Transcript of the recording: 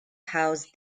housed